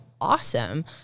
awesome